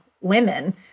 women